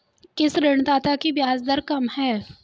किस ऋणदाता की ब्याज दर कम है?